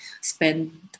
spend